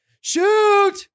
shoot